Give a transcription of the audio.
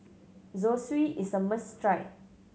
zosui is a must try